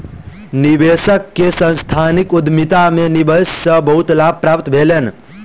निवेशक के सांस्थानिक उद्यमिता में निवेश से बहुत लाभ प्राप्त भेलैन